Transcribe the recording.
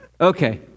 Okay